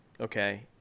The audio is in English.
okay